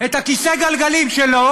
את כיסא הגלגלים שלו,